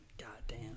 goddamn